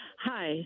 Hi